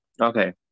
okay